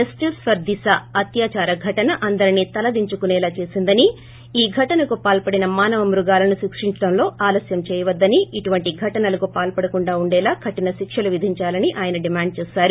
జస్షిస్ for Disha అత్వాచార ఘటన అందరిని తలదించుకునేలా ఉందని ఆ ఘటనకు పాల్సడిన మానవ మృగాలను శిక్షించటంలో ఆలస్తుం చేయవద్దని ఇలాంటి ఘటనలకు పాల్సడకుండా ఉండేలా కఠిన శిక్షలు విధించాలని ఆయన డిమాండ్ చేసారు